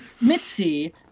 Mitzi